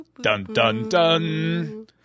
Dun-dun-dun